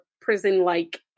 prison-like